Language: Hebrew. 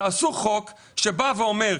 תעשו חוק בא ואומר,